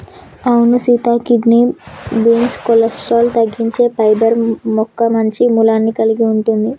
అవును Sita kidney beans cholesterol తగ్గించే fibre మొక్క మంచి మూలాన్ని కలిగి ఉంటుంది